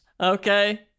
okay